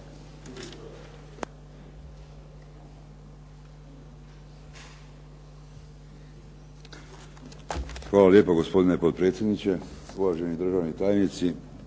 Hvala lijepa. Gospodine potpredsjedniče, uvaženi državni tajnici,